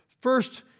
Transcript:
First